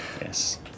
Yes